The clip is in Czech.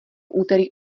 úterý